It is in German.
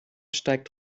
steigt